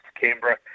Canberra